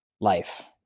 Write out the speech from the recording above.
life